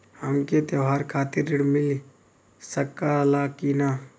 हमके त्योहार खातिर त्रण मिल सकला कि ना?